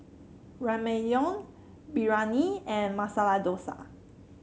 Ramyeon Biryani and Masala Dosa